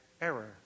error